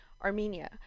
Armenia